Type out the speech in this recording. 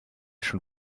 schon